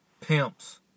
pimps